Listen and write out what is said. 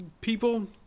people